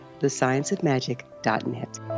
thescienceofmagic.net